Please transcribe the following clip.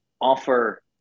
offer